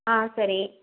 ஆ சரி